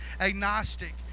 agnostic